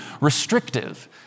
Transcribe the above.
restrictive